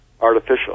artificial